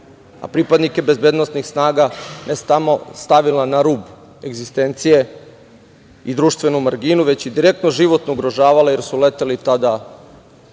a pripadnike bezbednosnih snaga ne samo stavila na rub egzistencije i društveni marginu, već i direktno životno ugrožavala jer su leteli tada lošim